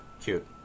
cute